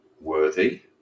worthy